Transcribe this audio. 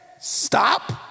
stop